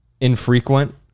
infrequent